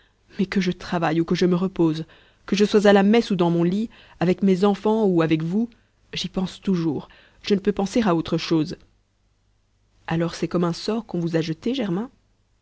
mais que je travaille ou que je me repose que je sois à la messe ou dans mon lit avec mes enfants ou avec vous j'y pense toujours je ne peux penser à autre chose alors c'est comme un sort qu'on vous a jeté germain